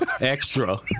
extra